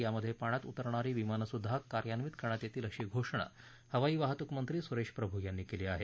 यामध्ये पाण्यात उतरणारी विमानसुध्दा कार्यान्वित करण्यात येतील अशी घोषणा हवाई वाहतूक मंत्री सुरेश प्रभू यांनी केली आहे